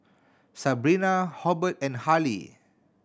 Sabrina Hobert and Harley